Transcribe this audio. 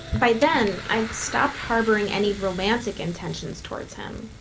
by then, i'd stopped harboring any romantic intentions towards him.